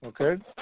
Okay